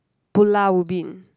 Pulau Ubin